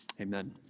Amen